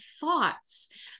thoughts